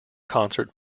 concert